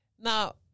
Now